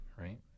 right